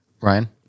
Ryan